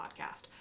podcast